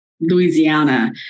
Louisiana